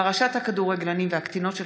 פרשת הכדורגלנים והקטינות.